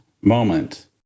moment